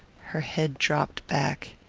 her head dropped back.